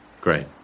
Great